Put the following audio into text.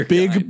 big